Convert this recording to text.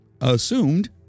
assumed